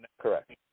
correct